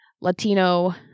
Latino